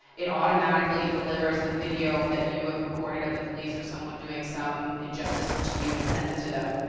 it automatically delivers the video that you have recorded of the police or someone doing some injustice unto you and sends it to them.